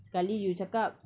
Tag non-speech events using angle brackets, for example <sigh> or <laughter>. <noise>